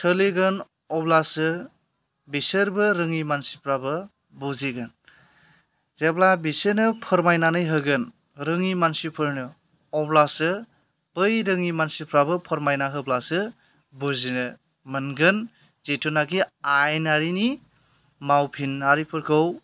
सोलिगोन आब्लासो बिसोरबो रोङि मानसिफ्राबो बुजिगोन जेब्ला बिसोरनो फोरमायनानै होगोन रोङि मानसिफोरनो अब्लासो बै रोङि मानसिफ्राबो फोरमायना होब्लासो बुजिनो मोनगोन जेथुनाखि आइनारिनि मावफिनारिफोरखौ